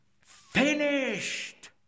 finished